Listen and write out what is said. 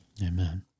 Amen